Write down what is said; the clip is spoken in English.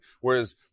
whereas